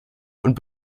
und